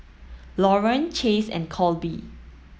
Lauren Chase and Colby